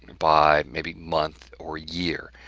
by maybe, month or year.